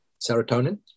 serotonin